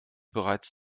bereits